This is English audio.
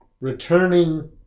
returning